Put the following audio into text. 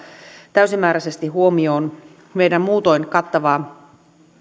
täysimääräisesti huomioon meidän muutoin kattavaa